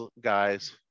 guys